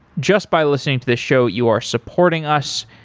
just by listening to the show you are supporting us.